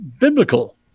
biblical